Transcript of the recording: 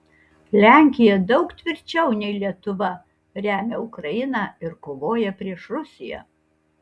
lenkija daug tvirčiau nei lietuva remia ukrainą ir kovoja prieš rusiją